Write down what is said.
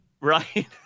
Right